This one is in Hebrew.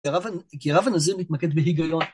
כי רב הנזיר מתמקד בהיגיון.